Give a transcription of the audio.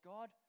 God